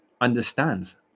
understands